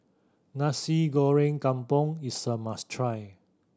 Nasi Goreng Kampung is a must try